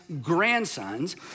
grandsons